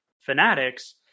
fanatics